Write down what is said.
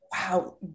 wow